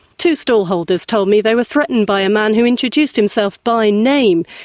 two stallholders told me they were threatened by a man who introduced himself by name,